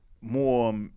more